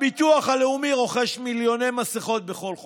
הביטוח הלאומי רוכש מסין מיליוני מסכות בכל חודש,